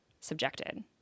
subjected